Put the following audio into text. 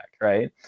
right